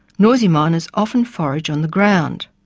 noisy miners often forage on the ground.